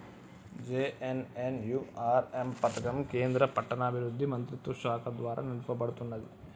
JNNURM పథకం కేంద్ర పట్టణాభివృద్ధి మంత్రిత్వశాఖ ద్వారా నడపబడుతున్నది